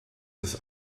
ist